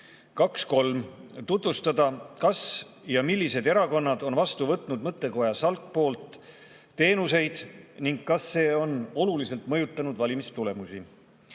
2.3. [tuvastada], kas ja millised erakonnad on vastu võtnud mõttekoja SALK poolt teenuseid ning kas see on oluliselt mõjutanud valimistulemusi;